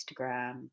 Instagram